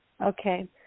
Okay